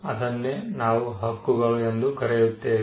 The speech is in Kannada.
ಅದನ್ನೇ ನಾವು ಹಕ್ಕುಗಳು ಎಂದು ಕರೆಯುತ್ತೇವೆ